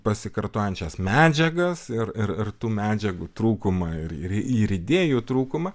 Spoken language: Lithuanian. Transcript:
pasikartojančias medžiagas ir ir tų medžiagų trūkumą ir ir idėjų trūkumą